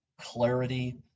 clarity